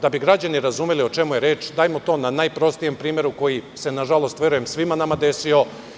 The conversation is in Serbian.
Da bi građani razumeli o čemu je reč, dajem to na najprostijem primeru koji je nažalost verujem svima nama desio.